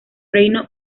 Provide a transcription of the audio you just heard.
reino